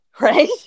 right